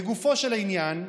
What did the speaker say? לגופו של עניין,